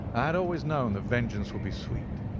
i had always known that vengeance would be sweet,